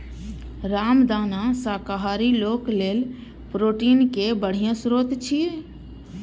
रामदाना शाकाहारी लोक लेल प्रोटीनक बढ़िया स्रोत छियै